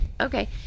okay